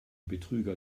betrüger